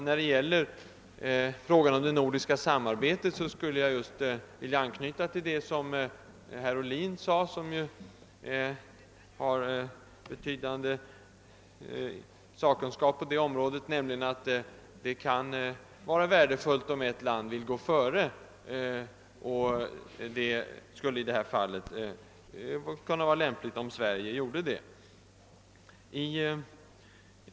När det gäller det nordiska samarbetet vill jag anknyta till vad herr Ohlin sade — han har ju en mycket betydande sakkunskap på detta område — att det kan vara värdefullt om ett land går före. Det skulle i detta fall kunna vara lämpligt att Sverige gjorde det.